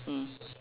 mm